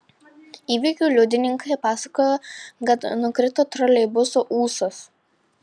įvykio liudininkai pasakojo kad nukrito troleibuso ūsas